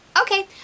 Okay